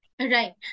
Right